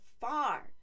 far